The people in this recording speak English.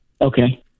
Okay